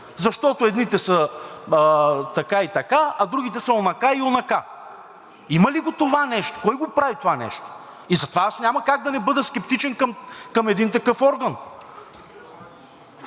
защото едните са така и така, а другите са онака и онака? Има ли го това нещо? Кой го прави това нещо? И затова аз няма как да не бъда скептичен към един такъв орган.